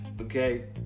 okay